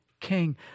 king